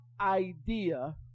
idea